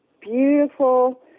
beautiful